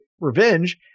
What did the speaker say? revenge